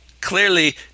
clearly